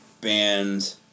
band